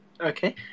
Okay